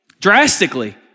drastically